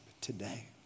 today